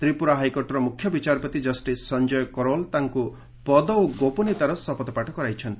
ତ୍ରିପୁରା ହାଇକୋର୍ଟର ମୁଖ୍ୟବିଚାରପତି କଷ୍ଟିସ୍ ସଂଜୟ କରୋଲ ତାଙ୍କୁ ପଦ ଓ ଗୋପନୀୟତାର ଶପଥପାଠ କରାଇଛନ୍ତି